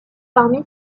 parmi